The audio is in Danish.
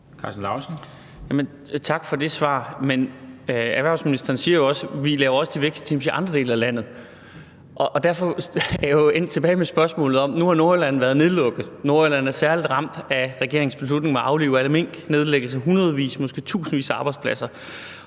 Tak for det svar. Men erhvervsministeren siger jo også: Vi laver også de vækstteams i andre dele af landet. Og derfor ender jeg jo med at sidde tilbage med spørgsmålet. Nu har Nordjylland været nedlukket. Nordjylland er særligt ramt af regeringens beslutning om at aflive alle mink og nedlæggelse af hundredvis, måske tusindvis af arbejdspladser.